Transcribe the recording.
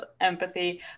empathy